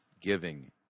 giving